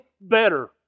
better